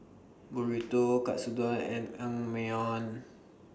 Burrito Katsudon and Naengmyeon